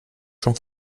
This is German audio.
schon